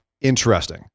interesting